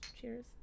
Cheers